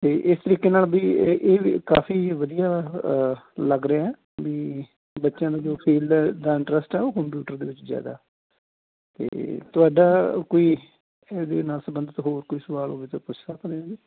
ਅਤੇ ਇਸ ਤਰੀਕੇ ਨਾਲ ਵੀ ਇਹ ਇਹ ਵੀ ਕਾਫੀ ਵਧੀਆ ਲੱਗ ਰਿਹਾ ਵੀ ਬੱਚਿਆਂ ਦੇ ਜੋ ਫੀਲਡ ਦਾ ਇੰਟਰਸਟ ਆ ਉਹ ਕੰਪਿਊਟਰ ਦੇ ਵਿੱਚ ਜ਼ਿਆਦਾ ਅਤੇ ਤੁਹਾਡਾ ਕੋਈ ਇਹਦੇ ਨਾਲ ਸੰਬੰਧਿਤ ਹੋਰ ਕੋਈ ਸਵਾਲ ਹੋਵੇ ਤਾਂ ਪੁੱਛ ਸਕਦੇ ਓਂ